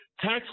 tax